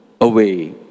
away